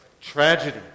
tragedy